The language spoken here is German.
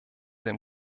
dem